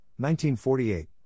1948